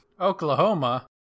oklahoma